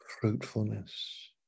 fruitfulness